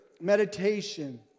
meditation